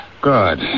Good